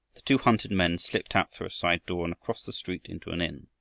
the two hunted men slipped out through a side door, and across the street into an inn.